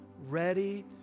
ready